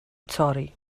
torri